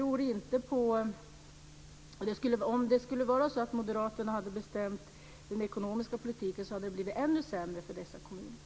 Om det skulle ha varit så att moderaterna hade bestämt den ekonomiska politiken hade det blivit ännu sämre för dessa kommuner.